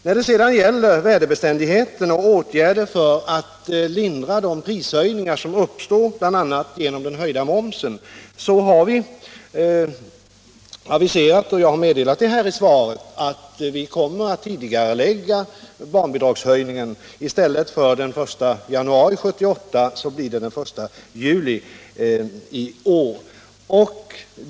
När det sedan gäller värdebeständigheten och åtgärder för att lindra de prishöjningar som uppstår bl.a. genom den höjda momsen har vi aviserat — och det har jag meddelat i svaret — att vi kommer att tidigarelägga barnbidragshöjningen. I stället för den 1 januari 1978 blir det den 1 juli i år.